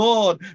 Lord